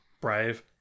brave